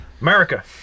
America